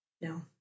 No